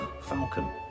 Falcon